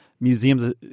museums